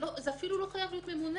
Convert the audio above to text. זה אפילו לא חייב להיות ממונה,